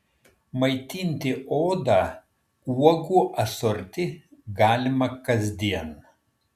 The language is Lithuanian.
maitinti odą uogų asorti galima kasdien